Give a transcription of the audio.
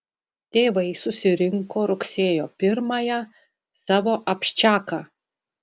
tėvai susirinko rugsėjo pirmąją savo abščiaką